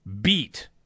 beat